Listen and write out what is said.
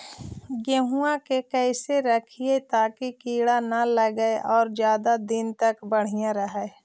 गेहुआ के कैसे रखिये ताकी कीड़ा न लगै और ज्यादा दिन तक बढ़िया रहै?